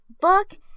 book